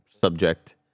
subject